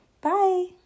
Bye